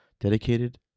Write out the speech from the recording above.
Dedicated